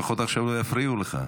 לפחות עכשיו לא יפריעו לך.